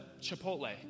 Chipotle